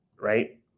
Right